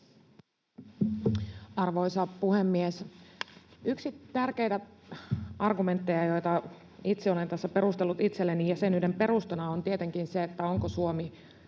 Arvoisa puhemies! Yksi tärkeimpiä argumentteja, jolla itse olen tässä perustellut itselleni jäsenyyden perustaa, on tietenkin se, onko Suomi